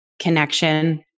connection